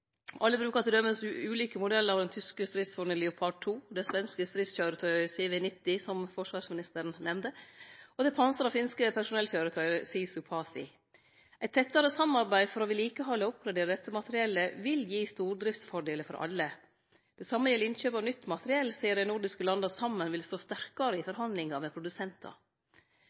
Alle brukar t.d. ulike modellar av den tyske stridsvogna Leopard 2, det svenske stridskøyretøyet CV90, som forsvarsministeren nemnde, og det pansra finske personellkøyretøyet Sisu Pasi. Eit tettare samarbeid for å vedlikehalde og oppgradere dette materiellet vil gi stordriftsfordelar for alle. Det same gjeld innkjøp av nytt materiell, sidan dei nordiske landa saman vil stå sterkare i forhandlingar med produsentar.